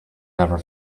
never